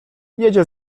jedzie